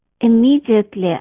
immediately